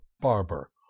barber